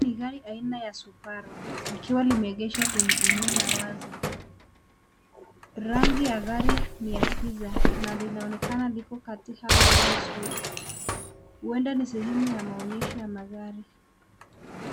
Gari aina ya Subaru likiwa limeegeshwa kwenye eneo la wazi. Rangi ya gari ni ya giza na linaonekana liko katika hali nzuri. Huenda ni sehemu ya maonyesho ya magari.